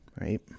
right